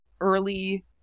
early